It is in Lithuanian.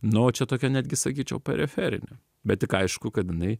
na o čia tokia netgi sakyčiau periferinė bet tik aišku kad jinai